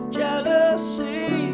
jealousy